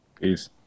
Peace